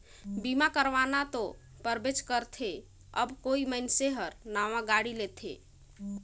बीमा करवाना तो परबेच करथे जब कोई मइनसे हर नावां गाड़ी लेथेत